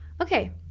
okay